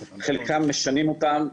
חלקם משנים אותן.